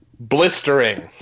Blistering